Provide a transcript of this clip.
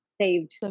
saved